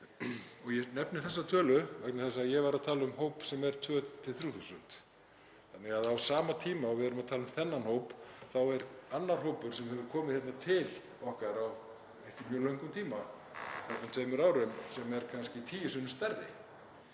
Ég nefni þessa tölu vegna þess að ég var að tala um hóp sem er 2.000–3.000, þannig að á sama tíma og við erum að tala um þennan hóp þá er annar hópur sem hefur komið hingað til okkar á ekkert mjög löngum tíma, á um tveimur árum, sem er kannski tíu sinnum stærri.